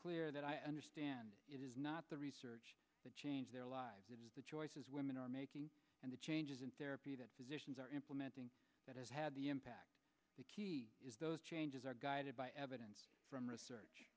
clear that i understand it is not the research that changed their lives it is the choices women are making and the changes in therapy that physicians are implementing that has had the impact the key is those changes are guided by evidence from research